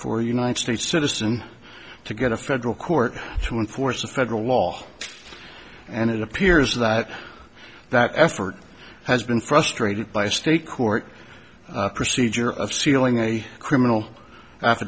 for united states citizen to get a federal court to enforce a federal law and it appears that that effort has been frustrated by state court procedure of sealing a criminal af